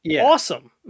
awesome